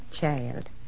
child